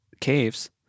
caves